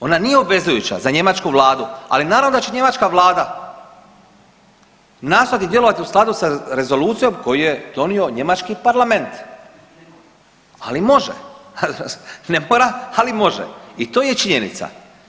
Ona nije obvezujuća za njemačku vladu, ali naravno da će njemačka vlada nastojati djelovati u skladu sa rezolucijom koju je donio njemački parlament, ali može … [[Govornik se ne razumije]] ali može i to je činjenica.